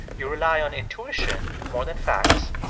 you rely on intuition more than facts,